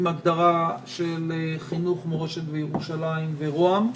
הגדרה של חינוך מורשת וירושלים וראש הממשלה.